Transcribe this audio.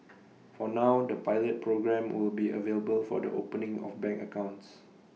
for now the pilot programme will be available for the opening of bank accounts